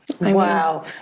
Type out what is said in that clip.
wow